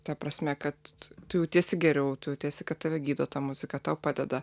ta prasme kad tu jautiesi geriau tu jautiesi kad tave gydo ta muzika tau padeda